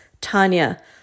Tanya